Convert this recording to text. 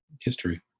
history